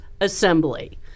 Assembly